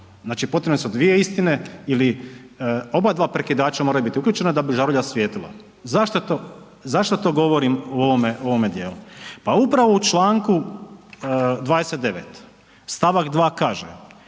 znači potrebne su dvije istine ili obadva prekidača moraju biti uključena da bi žarulja svijetlila. Zašto to govorim u ovome dijelu? Pa upravo u članku 29. stavak 2. kaže: